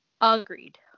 Agreed